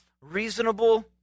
reasonable